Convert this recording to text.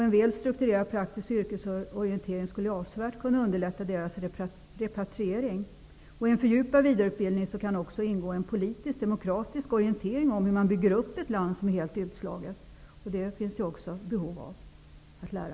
En väl strukturerad praktisk yrkesorientering skulle avsevärt kunna underlätta deras repatriering. I en fördjupad vidareutbildning skulle det kunna ingå en politisk och demokratisk orientering om hur man bygger upp ett land som är helt utslaget. Det finns det också behov av att lära.